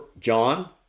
John